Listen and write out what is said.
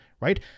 right